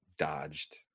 dodged